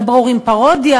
לא ברור אם פרודיה,